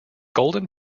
golden